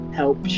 help